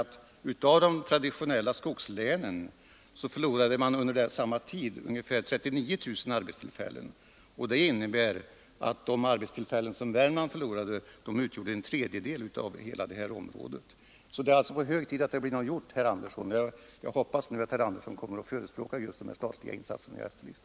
I de traditionella skogslänen förlorade man under samma tid ungefär 39 000 arbetstillfällen. Det innebär att de arbetstillfällen som Värmland förlorade utgjorde en tredjedel av minskningen i hela området. Det är alltså hög tid att någonting blir gjort, herr Andersson. Jag hoppas att herr Andersson kommer att förespråka de statliga insatser som jag efterlyser.